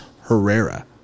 Herrera